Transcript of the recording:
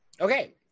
okay